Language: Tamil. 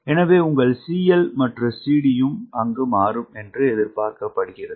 எனவே உங்கள் CL மற்றும் CD யும் மாறும் என்று எதிர்பார்க்கப்படுகிறது